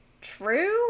true